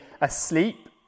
asleep